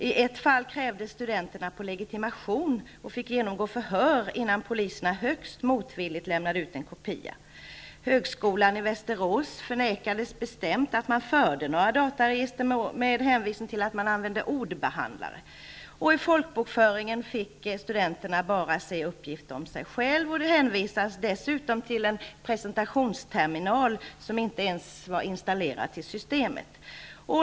I ett fall krävdes studenterna på legitimation och fick genomgå förhör, innan poliserna högst motvilligt lämnade ut en kopia. Högskolan i Västerås förnekade bestämt att man förde några dataregister, med hänvisning till att man använde ordbehandlare. I folkbokföringen fick studenterna bara se uppgifter om sig själva, och de hänvisades dessutom till en presentationsterminal som inte ens var installerad till systemet.